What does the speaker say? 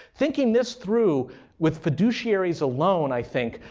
thinking this through with fiduciaries alone, i think,